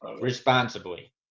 Responsibly